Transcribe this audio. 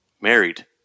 married